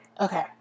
Okay